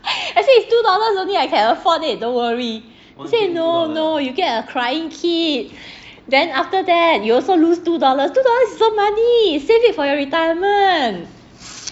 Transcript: I say it's two dollars only I can afford it don't worry she say no no you get a crying kid then after that you also lose two dollars two dollars is also money save it for your retirement